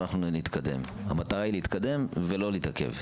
במל"ג, בקשה.